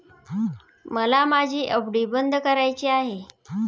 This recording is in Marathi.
मला माझी एफ.डी बंद करायची आहे